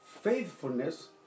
faithfulness